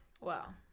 Wow